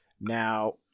Now